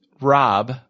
Rob